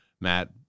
Matt